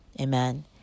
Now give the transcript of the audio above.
Amen